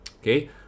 okay